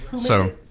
so.